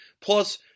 Plus